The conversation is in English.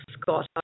Scott